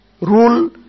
rule